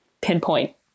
pinpoint